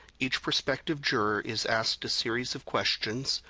each prospective juror is asked a series of questions,